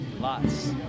Lots